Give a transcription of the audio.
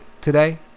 today